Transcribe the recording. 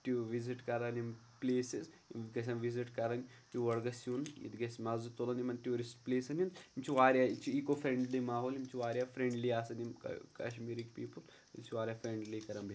ٹیوٗ visit کَران یِم places یِم گژھن وِزِٹ کَرٕنۍ یور گژھِ یُن ییٚتہِ گژھِ مَزٕ تُلُن یِمَن ٹیوٗرِسٹ پٕلیسَن ہُنٛد یِم چھِ واریاہ یہِ چھِ ایٖکو فرٛٮ۪نٛڈلی ماحول یِم چھِ واریاہ فرٛٮ۪نٛڈلی آسان یِم کہ کَشمیٖرٕکۍ پیٖپٕل یہِ چھِ واریاہ فرٛٮ۪نٛڈلی کَران بہِ